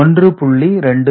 1